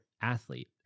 athlete